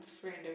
friend